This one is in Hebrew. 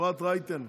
אפרת רייטן.